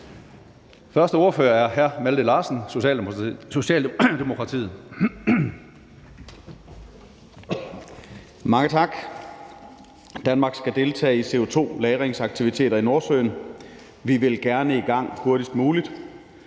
13:13 (Ordfører) Malte Larsen (S): Mange tak. Danmark skal deltage i CO2-lagringsaktiviteter i Nordsøen. Vi vil gerne i gang hurtigst muligt.